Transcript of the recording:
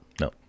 no